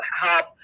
help